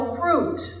fruit